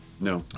No